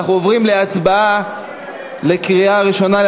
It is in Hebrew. אנחנו עוברים להצבעה בקריאה ראשונה של